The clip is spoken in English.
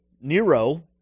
Nero